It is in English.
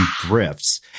drifts